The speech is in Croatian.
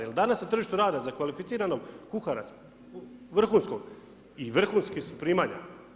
Jer danas na tržištu rada za kvalificiranog kuhara, vrhunskog i vrhunska su primanja.